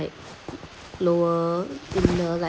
like lower inner like